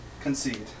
concede